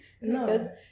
No